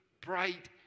bright